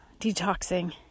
detoxing